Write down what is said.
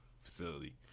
facility